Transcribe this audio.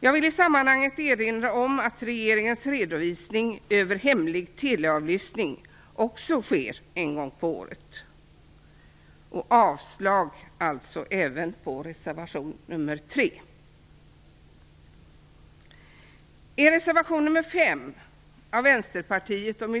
Jag vill i sammanhanget erinra om att regeringens redovisning av hemlig teleavlyssning också sker en gång om året.